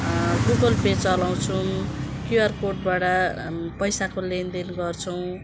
Google Pay चलाउँछौँ QR कोडबाट पैसाको लेनदेन गर्छौँ